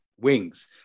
wings